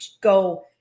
go